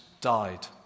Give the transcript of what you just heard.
died